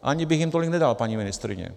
Ani bych jim tolik nedal, paní ministryně.